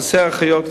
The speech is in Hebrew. חסרות אחיות,